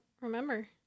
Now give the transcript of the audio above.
remember